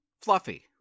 Fluffy